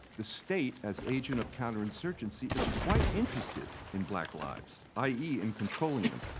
the state as agent of counterinsurgency is quite interested in black lives, i e. in controlling them.